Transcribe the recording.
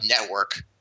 network